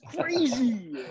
crazy